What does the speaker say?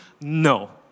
no